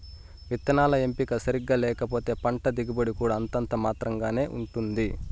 విత్తనాల ఎంపిక సరిగ్గా లేకపోతే పంట దిగుబడి కూడా అంతంత మాత్రం గానే ఉంటుంది